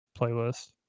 playlist